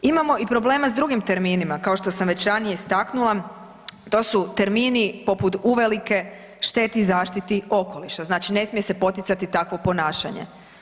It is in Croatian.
Imamo i problema i s drugim terminima kao što sam već ranije istaknula to su termini poput uvelike šteti zaštiti okoliša, znači ne smije se poticati tako ponašanje.